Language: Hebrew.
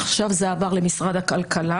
עכשיו זה עבר למשרד הכלכלה.